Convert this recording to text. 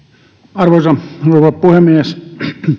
arvoisa rouva puhemies